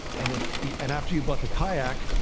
and if, and after you brought the kayak,